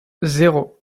zéro